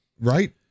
right